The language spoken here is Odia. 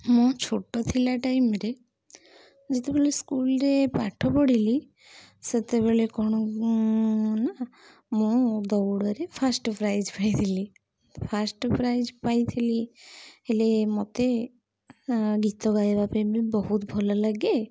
ମୋ ଛୋଟ ଥିଲା ଟାଇମ୍ରେ ଯେତେବେଳେ ସ୍କୁଲରେ ପାଠ ପଢ଼ିଲି ସେତେବେଳେ କ'ଣ ନା ମୁଁ ଦୌଡ଼ରେ ଫାଷ୍ଟ୍ ପ୍ରାଇଜ୍ ପାଇଥିଲି ଫାଷ୍ଟ୍ ପ୍ରାଇଜ୍ ପାଇଥିଲି ହେଲେ ମୋତେ ଗୀତ ଗାଇବା ପାଇଁ ବି ବହୁତ ଭଲ ଲାଗେ